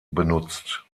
benutzt